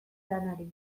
lanari